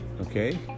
okay